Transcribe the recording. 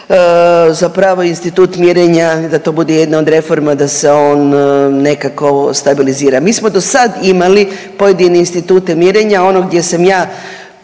zapravo institut mirenja da to bude jedna od reforma da se on nekako stabilizira. Mi smo dosad imali pojedine institute mirenja. Ono gdje sam je